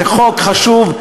זה חוק חשוב,